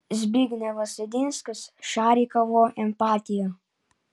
zbignevas jedinskis šarikovo empatija